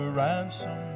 ransom